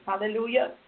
Hallelujah